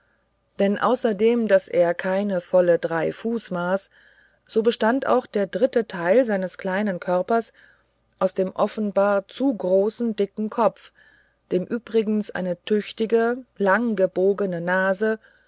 denn außerdem daß er keine volle drei fuß maß so bestand auch der dritte teil dieses kleinen körpers aus dem offenbar zu großen dicken kopfe dem übrigens eine tüchtige lang gebogene nase